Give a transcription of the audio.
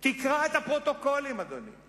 תקרא את הפרוטוקולים, אדוני.